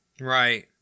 Right